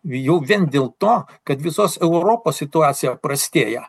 jau vien dėl to kad visos europos situacija prastėja